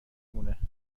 مونه